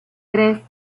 tres